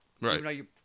Right